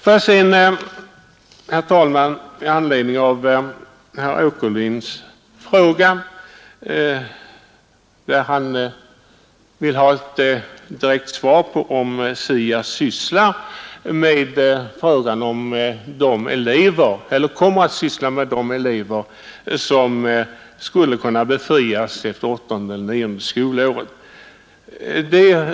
Herr Åkerlind vill veta om SIA kommer att syssla med frågan om de elever som skulle kunna befrias från åttonde eller nionde skolåret.